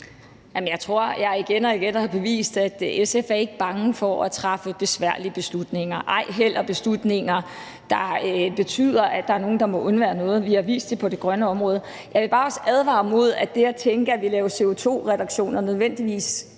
jeg igen og igen har bevist, at SF ikke er bange for at træffe besværlige beslutninger, ej heller beslutninger, der betyder, at der er nogen, der må undvære noget. Vi har vist det på det grønne område. Jeg vil også bare advare mod det at tænke, at det, at vi laver CO2-reduktioner, nødvendigvis